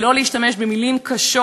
ולא להשתמש במילים קשות,